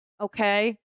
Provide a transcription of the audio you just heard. okay